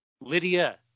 Lydia